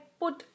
put